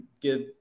give